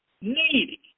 needy